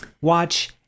watch